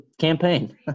campaign